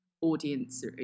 audience